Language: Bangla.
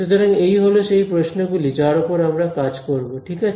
সুতরাংএই হল সেই প্রশ্নগুলি যার উপর আমরা কাজ করব ঠিক আছে